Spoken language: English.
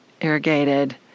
irrigated